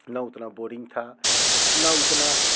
ना उतने बोरिंग था ना उतना